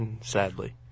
Sadly